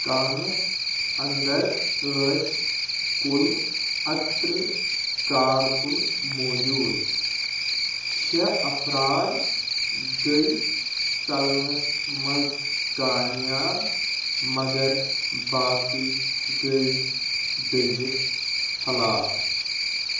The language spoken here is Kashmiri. کانَس انٛدَر ٲسۍ کُل اَکترٕٛہ کارکُن موٗجوٗد شیٚے افرار گٔیہِ ژلنَس منٛز کامیاب مگر باقٕے گٔیہِ دٔزِتھ ہلاک